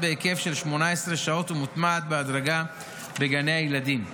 בהיקף של כ-18 שעות ומוטמעת בהדרגה בגני הילדים.